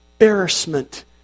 embarrassment